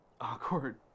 awkward